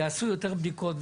יעשו יותר בדיקות,